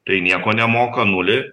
tai nieko nemoka nulį